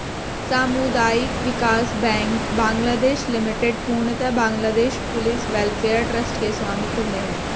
सामुदायिक विकास bank Bangladesh limited पूर्णतः बांग्लादेश पुलिस वेलफेयर ट्रस्ट के स्वामित्व में है